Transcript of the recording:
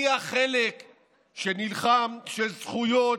אני החלק שנלחם שזכויות